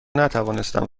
نتوانستم